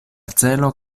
celo